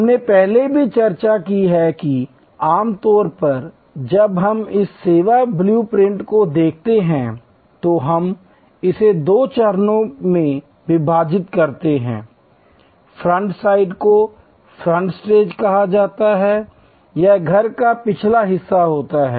हमने पहले भी चर्चा की है कि आम तौर पर जब हम इस सेवा ब्लू प्रिंट को देखते हैं तो हम इसे दो चरणों में विभाजित करते हैं फ्रंट साइड को फ्रंट स्टेज कहा जाता है यह घर का पिछला हिस्सा है